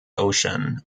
ocean